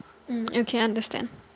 mm okay understand